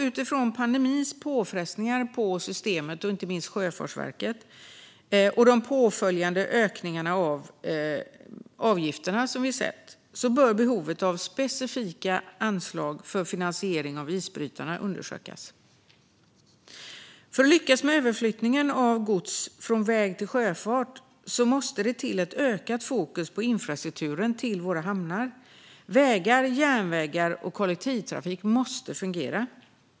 Utifrån pandemins påfrestningar på systemet, och inte minst på Sjöfartsverket, och de påföljande ökningarna av avgifterna bör behovet av specifika anslag för finansiering av isbrytarna undersökas. För att lyckas med överflyttningen av gods från väg till sjöfart måste det till ett ökat fokus på infrastrukturen till våra hamnar. Vägar, järnvägar och kollektivtrafik måste fungera.